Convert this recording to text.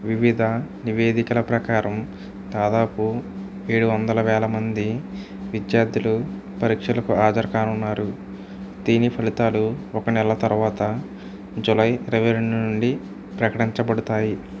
వివిధ నివేదికల ప్రకారం దాదాపు ఏడు వందల వేల మంది విద్యార్థులు పరీక్షలకు హాజరుకానున్నారు దీని ఫలితాలు ఒక నెల తర్వాత జూలై ఇరవైరెండు నుండి ప్రకటించబడతాయి